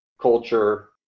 culture